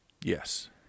Yes